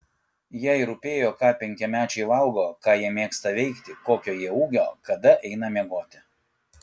jai rūpėjo ką penkiamečiai valgo ką jie mėgsta veikti kokio jie ūgio kada eina miegoti